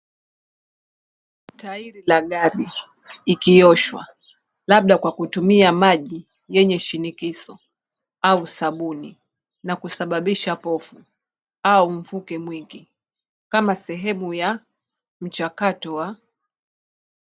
Tairi la gari ikioshwa labda kwa kutumia maji yenye shinikizo au sabuni na kusababisa povu au mvuke mwingi kama sehemu ya mchakato wa...